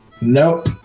Nope